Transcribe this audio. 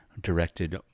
directed